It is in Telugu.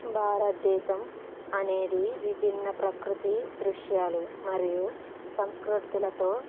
భారతదేశం అనేది విభిన్న ప్రకృతి దృశ్యాలు మరియు సంస్కృతులతో